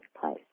place